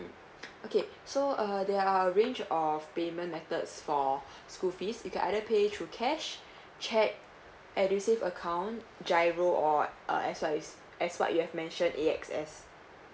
okay so uh there are a range of payment methods for school fees you can either pay through cash cheque edusave account GIRO or uh as well as as what you have mentioned A_X_S